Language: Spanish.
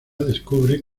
descubre